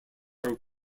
are